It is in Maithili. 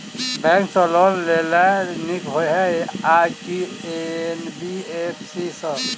बैंक सँ लोन लेनाय नीक होइ छै आ की एन.बी.एफ.सी सँ?